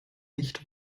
nicht